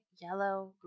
yellow